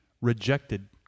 rejected